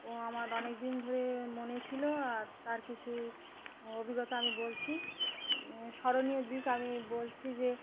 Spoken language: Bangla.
ও আমার অনেকদিন ধরে মনে ছিলো আর তার কিছু অভিজ্ঞতা আমি বলছি স্মরণীয় দিক আমি বলছি যে